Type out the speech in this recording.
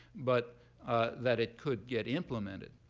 but that it could get implemented,